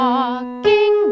Walking